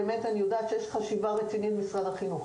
אני יודעת שיש חשיבה רצינית על כך במשרד החינוך.